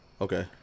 Okay